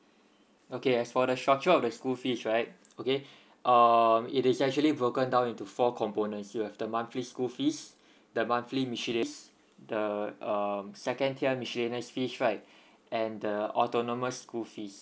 okay as for the structure of the school fees right okay uh it is actually broken down into four components you have the monthly school fees the monthly miscellaneous the um second tier miscellaneous fees right and the autonomous school fees